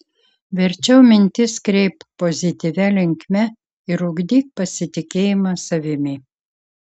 verčiau mintis kreipk pozityvia linkme ir ugdyk pasitikėjimą savimi